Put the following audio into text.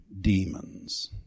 demons